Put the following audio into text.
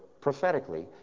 prophetically